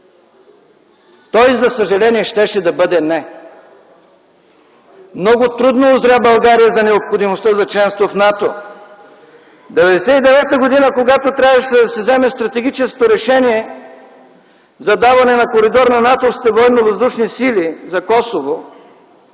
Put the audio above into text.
Той за съжаление щеше да бъде – не! Много трудно узря България за необходимостта за членство в НАТО. През 1999 г., когато трябваше да се вземе стратегическо решение за даване на коридор на натовските военновъздушни